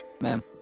Ma'am